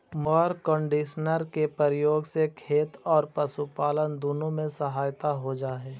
mower conditioner के प्रयोग से खेत औउर पशुपालन दुनो में सहायता हो जा हई